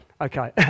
Okay